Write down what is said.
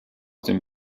dem